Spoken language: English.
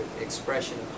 expression